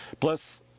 Plus